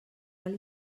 cal